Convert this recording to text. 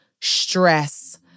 stress